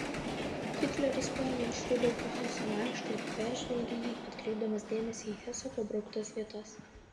hitleris paėmė iš rudolfo heso laišką ir peržvelgė jį atkreipdamas dėmesį į heso pabrauktas vietas